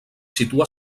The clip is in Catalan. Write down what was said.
situa